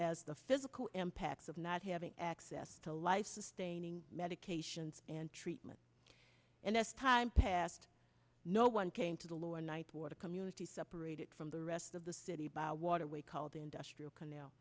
as the physical impacts of not having access to life sustaining medications and treatment and as time passed no one came to the lower ninth ward a community separated from the rest of the city by a waterway called industrial